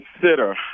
consider